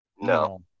no